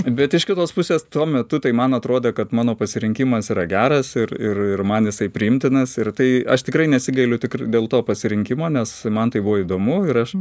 bet iš kitos pusės tuo metu tai man atrodo kad mano pasirinkimas yra geras ir ir ir man jisai priimtinas ir tai aš tikrai nesigailiu tik dėl to pasirinkimo nes man tai buvo įdomu ir aš